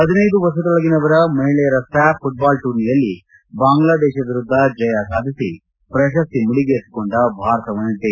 ಹದಿನೈದು ವರ್ಷದೊಳಗಿನವರ ಮಹಿಳೆಯರ ಸ್ಥಾಫ್ ಫುಟ್ಟಾಲ್ ಟೂರ್ನಿಯಲ್ಲಿ ಬಾಂಗ್ಲಾದೇಶ ವಿರುದ್ದ ಜಯ ಸಾಧಿಸಿ ಪ್ರಶಸ್ತಿ ಮುಡಿಗೇರಿಸಿಕೊಂಡ ಭಾರತ ವನಿತೆಯರು